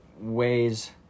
ways